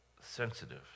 sensitive